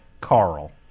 Carl